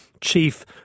Chief